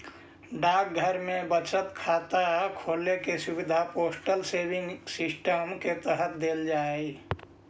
डाकघर में बचत खाता खोले के सुविधा पोस्टल सेविंग सिस्टम के तहत देल जा हइ